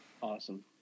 Awesome